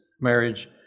marriage